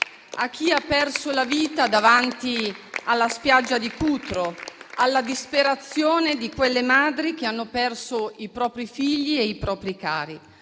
a chi ha perso la vita davanti alla spiaggia di Cutro, alla disperazione di quelle madri che hanno perso i propri figli e i propri cari.